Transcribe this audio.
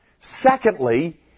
Secondly